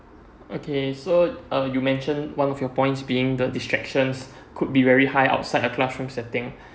okay so uh you mentioned one of your points being the distractions could be very high outside a classroom setting